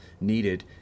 needed